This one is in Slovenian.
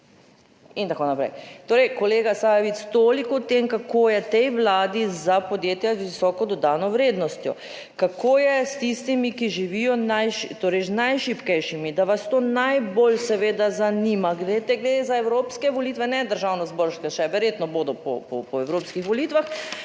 In tako naprej. Torej kolega Sajovic, toliko o tem, kako je tej Vladi za podjetja z visoko dodano vrednostjo. Kako je s tistimi, ki živijo najš…, torej z najšibkejšimi, da vas to najbolj seveda zanima. Glejte, gre za evropske volitve, ne državnozborske še, verjetno bodo po evropskih volitvah,